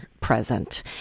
present